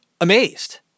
amazed